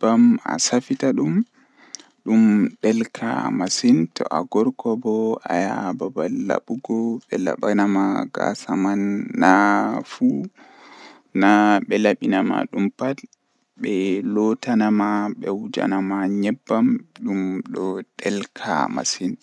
bako mi wawa dum jungo am benda. Masin.